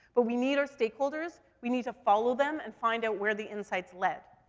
but we need our stakeholders, we need to follow them and find out where the insights led.